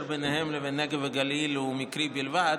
ביניהם לבין הנגב והגליל הוא מקרי בלבד.